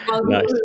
Nice